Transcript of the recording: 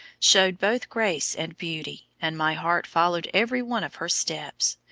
showed both grace and beauty and my heart followed every one of her steps.